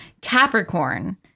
Capricorn